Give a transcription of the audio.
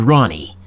Ronnie